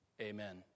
Amen